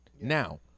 Now